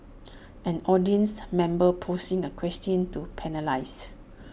an audience member posing A question to panellists